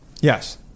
yes